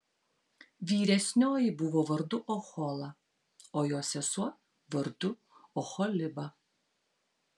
vyresnioji buvo vardu ohola o jos sesuo vardu oholiba